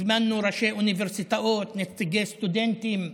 הזמנו ראשי אוניברסיטאות, נציגי סטודנטים,